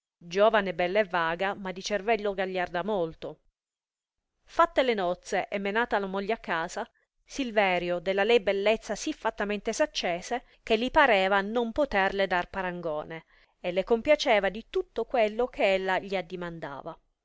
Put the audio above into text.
giovane bella e vaga ma di cervello gagliarda molto fatte le nozze e menata la moglie a casa silverio della lei bellezza sì fattamente s accese che li pareva non poterle dar parangone e le compiaceva di tutto quello che ella gli addimandava